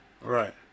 Right